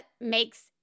makes